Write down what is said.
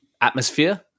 atmosphere